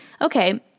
okay